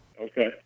Okay